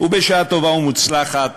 ובשעה טובה ומוצלחת